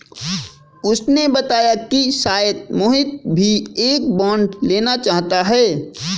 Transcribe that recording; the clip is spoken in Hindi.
उसने बताया कि शायद मोहित भी एक बॉन्ड लेना चाहता है